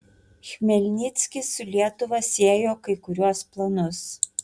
chmelnickis su lietuva siejo kai kuriuos planus